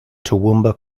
toowoomba